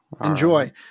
Enjoy